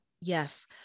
Yes